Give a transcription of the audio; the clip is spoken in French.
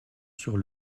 sur